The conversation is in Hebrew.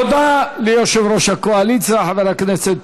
תודה ליושב-ראש הקואליציה, חבר הכנסת